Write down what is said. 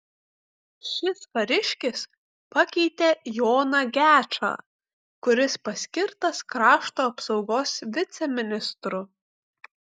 šis kariškis pakeitė joną gečą kuris paskirtas krašto apsaugos viceministru